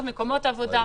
זאת אומרת,